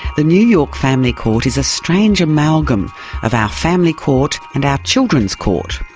the new york family court is a strange amalgam of our family court and our children's court.